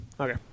Okay